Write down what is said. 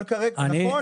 נכון.